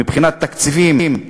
מבחינת תקציבים,